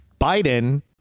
Biden